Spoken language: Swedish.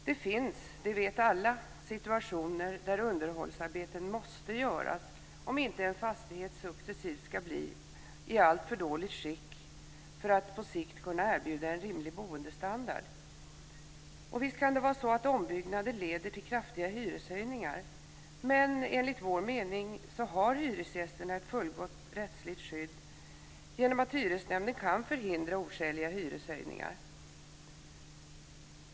Det finns, det vet alla, situationer där underhållsarbeten måste göras om inte en fastighet successivt ska bli i alltför dåligt skick för att på sikt kunna erbjuda en rimlig boendestandard. Visst kan det vara så att ombyggnaden leder till kraftiga hyreshöjningar, men enligt vår mening har hyresgästerna ett fullgott rättsligt skydd genom att hyresnämnden kan förhindra oskäliga hyreshöjningar.